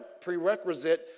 prerequisite